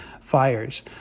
fires